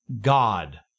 God